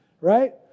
right